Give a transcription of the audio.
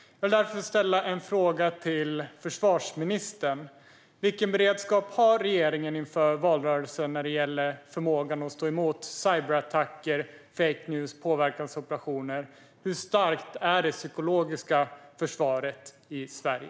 Jag vill därför ställa en fråga till försvarsministern. Vilken beredskap har regeringen inför valrörelsen när det gäller förmågan att stå emot cyberattacker, fake news och påverkansoperationer? Hur starkt är det psykologiska försvaret i Sverige?